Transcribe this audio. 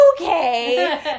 okay